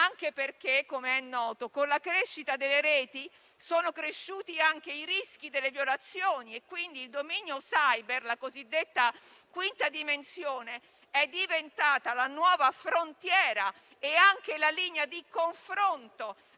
anche perché - com'è noto - con la crescita delle reti è aumentato anche il rischio di violazioni e quindi il dominio *cyber* (la cosiddetta quinta dimensione) è diventato la nuova frontiera e la linea di confronto